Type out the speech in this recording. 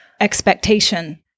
expectation